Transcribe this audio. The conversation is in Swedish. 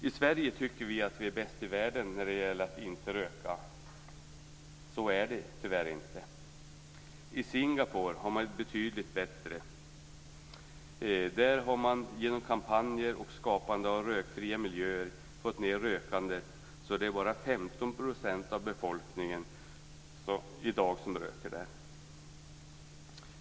I Sverige tycker vi att vi är bäst i världen när det gäller att inte röka. Så är det tyvärr inte. I Singapore är man betydligt bättre. Där har man genom kampanjer och skapande av rökfria miljöer fått ned rökandet så att bara 15 % av befolkningen i dag röker.